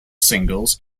singles